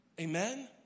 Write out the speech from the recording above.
Amen